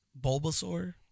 Bulbasaur